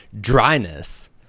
dryness